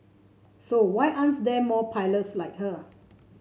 so why aren't there more pilots like her